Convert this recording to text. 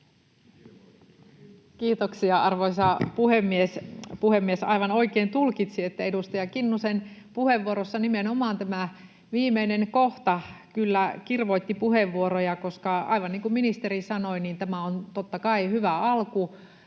Kiitoksia, arvoisa puhemies! Puhemies aivan oikein tulkitsi, että edustaja Kinnusen puheenvuorossa nimenomaan tämä viimeinen kohta kyllä kirvoitti puheenvuoroja. Aivan niin kuin ministeri sanoi, tämä on totta kai hyvä alku,